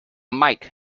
mic